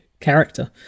character